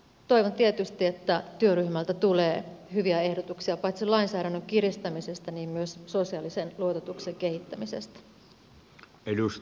toivon tietysti että työryhmältä tulee hyviä ehdotuksia paitsi lainsäädännön kiristämisestä myös sosiaalisen luototuksen kehittämisestä